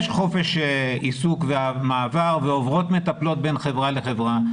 יש חופש עיסוק ומעבר ועוברות מטפלות בין חברה לחברה.